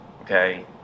okay